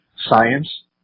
Science